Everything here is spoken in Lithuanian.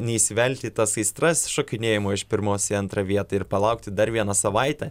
neįsivelti į tas aistras šokinėjimo iš pirmos į antrą vietą ir palaukti dar vieną savaitę